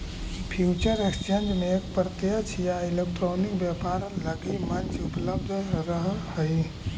future exchange में प्रत्यक्ष या इलेक्ट्रॉनिक व्यापार लगी मंच उपलब्ध रहऽ हइ